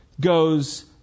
goes